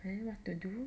then what to do